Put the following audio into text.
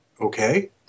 Okay